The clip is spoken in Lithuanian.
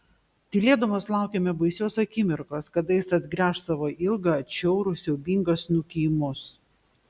tylėdamos laukėme baisios akimirkos kada jis atgręš savo ilgą atšiaurų siaubingą snukį į mus